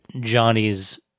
Johnny's